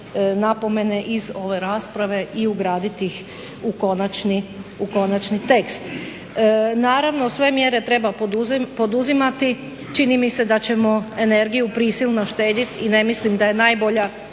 napomene iz ove rasprave i ugraditi ih u konačni tekst. Naravno sve mjere treba poduzimati. Čini mi se da ćemo energiju prisilno štediti i ne mislim da je najbolja